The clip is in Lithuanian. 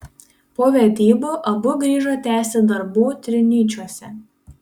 po vedybų abu grįžo tęsti darbų trinyčiuose